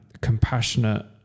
compassionate